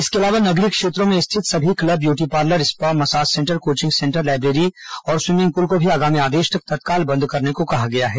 इसके अलावा नगरीय क्षेत्रों में स्थित सभी club beauty parlour spa massage centre coaching centre library और स्वीमिंग पुल को भी आगामी आदेश तक तत्काल बंद करने को कहा गया है